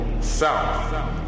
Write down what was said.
south